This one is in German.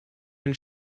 den